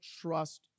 trust